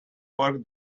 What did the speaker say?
work